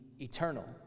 eternal